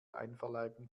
einverleiben